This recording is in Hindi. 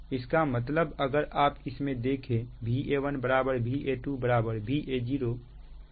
इसका मतलब अगर आप इसमें देखें Va1 Va2 Va0 1∟0 है